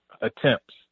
attempts